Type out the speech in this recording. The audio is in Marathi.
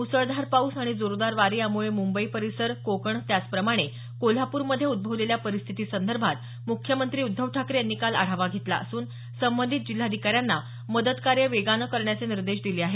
मुसळधार पाऊस आणि जोरदार वारे यामुळे मुंबई परिसर कोकण त्याचप्रमाणे कोल्हाप्रमध्ये उद्भवलेल्या परिस्थिती संदर्भात मुख्यमंत्री उद्धव ठाकरे यांनी काल आढावा घेतला असून संबंधित जिल्हाधिकाऱ्यांना मदतकार्य वेगानं करण्याचे निर्देश दिले आहेत